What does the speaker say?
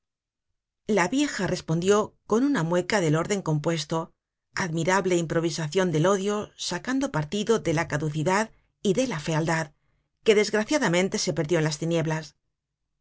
la vieja respondió con una mueca del orden compuesto admirable improvisacion del odio sacando partido de la caducidad y de la fealdad que desgraciadamente se perdió en las tinieblas